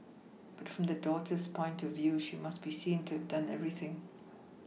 but from the daughter's point of view she must be seen to have done everything